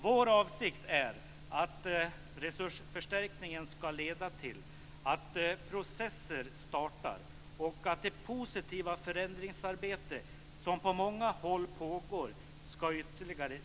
Vår avsikt är att resursförstärkningen skall leda till att processer startar och att det positiva förändringsarbete som pågår på många håll skall stimuleras ytterligare.